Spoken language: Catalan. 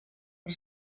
per